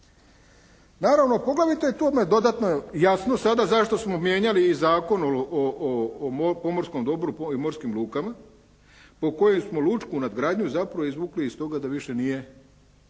Naravno poglavito je tome dodatno i jasno zašto smo mijenjali i Zakon o pomorskom dobru i morskim lukama, po kojem smo lučku nadgradnju zapravo izvukli iz toga da više nije